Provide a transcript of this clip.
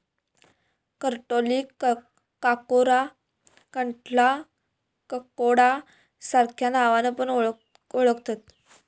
करटोलीक काकोरा, कंटॉला, ककोडा सार्ख्या नावान पण ओळाखतत